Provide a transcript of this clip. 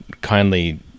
kindly